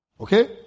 okay